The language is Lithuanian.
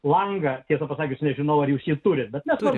langą tiesą pasakius nežinau ar ji turi bet neturi